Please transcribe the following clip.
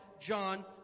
John